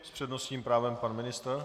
S přednostním právem pan ministr.